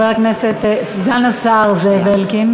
סגן השר זאב אלקין.